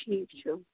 ٹھیٖک چھُ